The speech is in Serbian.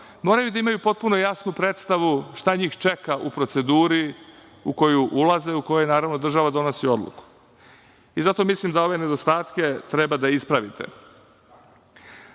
moraju da imaju potpuno jasno predstavu šta njih čeka u proceduri u koju ulaze, u kojoj država donosi odluku. Zato mislim da ove nedostatke treba da ispravite. Na